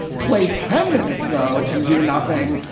play ten minutes low and do nothing.